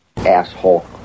Asshole